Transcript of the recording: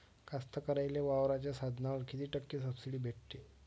कास्तकाराइले वावराच्या साधनावर कीती टक्के सब्सिडी भेटते?